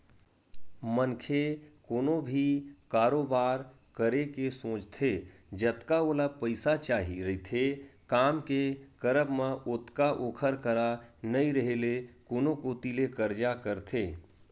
मनखे कोनो भी कारोबार करे के सोचथे जतका ओला पइसा चाही रहिथे काम के करब म ओतका ओखर करा नइ रेहे ले कोनो कोती ले करजा करथे